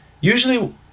Usually